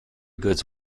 goods